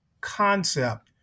concept